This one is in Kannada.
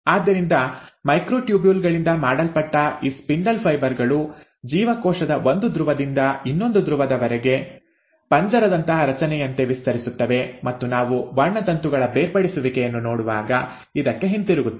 ಆದ್ದರಿಂದ ಮೈಕ್ರೊಟ್ಯೂಬ್ಯೂಲ್ ಗಳಿಂದ ಮಾಡಲ್ಪಟ್ಟ ಈ ಸ್ಪಿಂಡಲ್ ಫೈಬರ್ ಗಳು ಜೀವಕೋಶದ ಒಂದು ಧ್ರುವದಿಂದ ಇನ್ನೊಂದು ಧ್ರುವದವರೆಗೆ ಪಂಜರದಂತಹ ರಚನೆಯಂತೆ ವಿಸ್ತರಿಸುತ್ತವೆ ಮತ್ತು ನಾವು ವರ್ಣತಂತುಗಳ ಬೇರ್ಪಡಿಸುವಿಕೆಯನ್ನು ನೋಡುವಾಗ ಇದಕ್ಕೆ ಹಿಂತಿರುಗುತ್ತೇವೆ